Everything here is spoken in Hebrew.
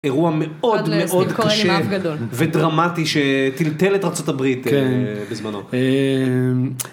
אירוע מאוד מאוד קשה ודרמטי שטלטל את ארה״ב בזמנו.